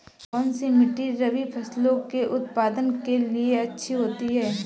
कौनसी मिट्टी रबी फसलों के उत्पादन के लिए अच्छी होती है?